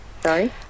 Sorry